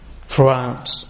throughout